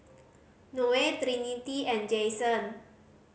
Noe Trinity and Jason